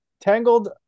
Tangled